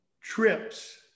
trips